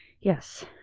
Yes